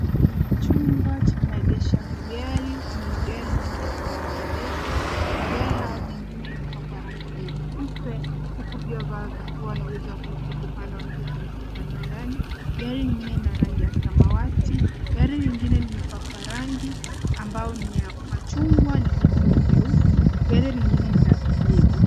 Kwenye chumba cha maegesho ya magari kuna magari mengi ambayo yameegeshwa. Magari hayo mengine yamepakwa rangi nyeupe huku vioo vyao vikiwa na uwezo wa kuona kutoka upande wa nje kuliko upande wa ndani. Gari lingine ni la rangi ya samawati. Gari lingine limepakwa rangi ambao ni ya machungwa lenye vioo vyeusi. Gari lingine ni la kijivu.